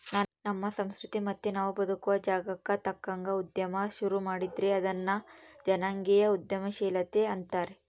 ನಮ್ಮ ಸಂಸ್ಕೃತಿ ಮತ್ತೆ ನಾವು ಬದುಕುವ ಜಾಗಕ್ಕ ತಕ್ಕಂಗ ಉದ್ಯಮ ಶುರು ಮಾಡಿದ್ರೆ ಅದನ್ನ ಜನಾಂಗೀಯ ಉದ್ಯಮಶೀಲತೆ ಅಂತಾರೆ